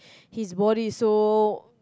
his body is so